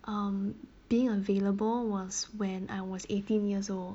um being available was when I was eighteen years old